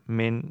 men